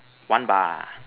one bar